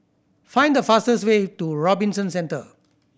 find the fastest way to Robinson Centre